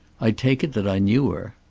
i take it that i knew her.